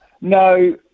No